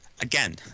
Again